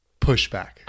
Pushback